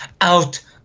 out